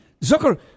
Zucker